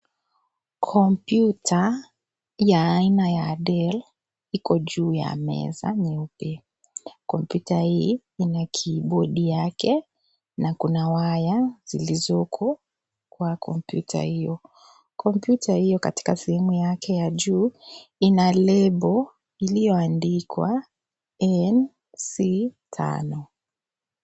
Kompyuta ya aiana ya Del iko juu ya meza nyeupe . Kompyuta hii ina kibodi yake na kuna waya zilizoko kwa kompyuta hiyo . Kompyuta hiyo katika sehemu yake ya juu ina lebo iliyoandikwa NC tano.